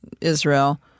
Israel